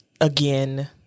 again